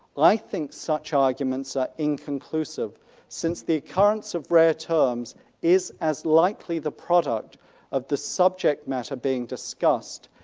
i think such arguments are inconclusive since the occurrence of rare terms is as likely the product of the subject matter being discussed,